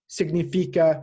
significa